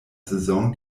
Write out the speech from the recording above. saison